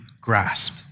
grasp